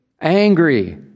Angry